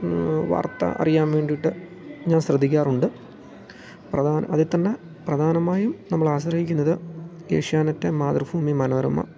വാർത്ത അറിയാൻ വേണ്ടിയിട്ട് ഞാൻ ശ്രദ്ധിക്കാറുണ്ട് പ്രധാനം അതിൽ തന്നെ പ്രധാനമായും നമ്മൾ ആശ്രയിക്കുന്നത് ഏഷ്യാനറ്റ് മാതൃഫൂമി മനോരമ